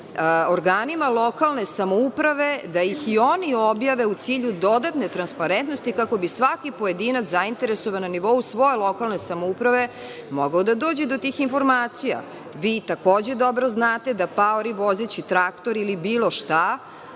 organima lokalne samouprave, pa da ih i oni objave u cilju dodatne transparentnosti kako bi svaki pojedinac zainteresovan na nivou svoje lokalne samouprave mogao da dođe do tih informacija. Takođe dobro znate da paori vozeći traktor ili bilo šta